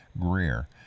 greer